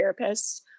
therapists